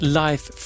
life